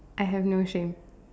I have no shame